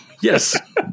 yes